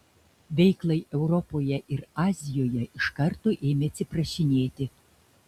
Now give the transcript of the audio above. veiklai europoje ir azijoje iš karto ėmė atsiprašinėti